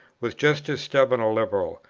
was just as stubborn a liberal,